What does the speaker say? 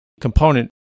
component